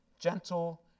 gentle